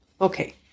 Okay